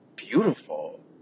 Beautiful